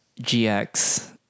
GX